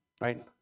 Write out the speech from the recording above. right